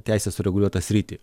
teisės sureguliuotą sritį